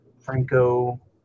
franco